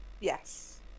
yes